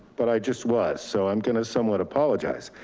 but i just was. so i'm going to somewhat apologize,